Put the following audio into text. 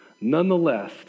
nonetheless